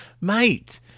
mate